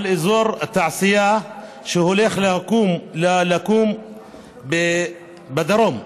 על אזור תעשייה שהולך לקום בדרום.